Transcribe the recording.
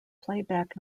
playback